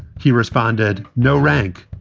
he responded, no rank.